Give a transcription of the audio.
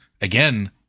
again